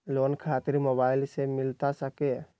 Loan खातिर mobile से मिलता सके?